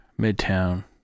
Midtown